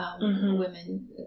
women